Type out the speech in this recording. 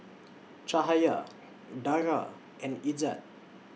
Cahaya Dara and Izzat